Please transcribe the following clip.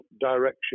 direction